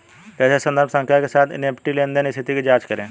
कैसे संदर्भ संख्या के साथ एन.ई.एफ.टी लेनदेन स्थिति की जांच करें?